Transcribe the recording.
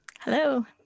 Hello